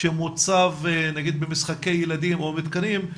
שמוצב נגיד במשחקי ילדים או מתקנים,